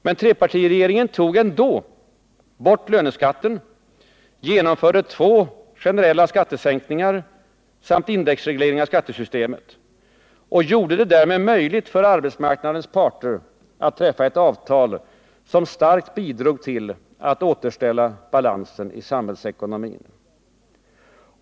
Men trepartiregeringen tog ändå bort löneskatten och genomförde två generella skattesänkningar samt indexregleringen av skattesystemet och gjorde det därmed möjligt för arbetsmarknadernas parter att träffa ett avtal som starkt bidrog till att återställa balansen i samhällsekonomin.